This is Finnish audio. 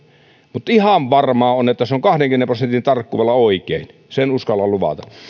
mutta ihan varmaa on että se on kahdenkymmenen prosentin tarkkuudella oikein sen uskallan luvata